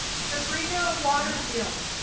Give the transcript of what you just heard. sabrina waterfield.